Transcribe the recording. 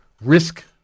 risk